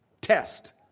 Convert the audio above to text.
test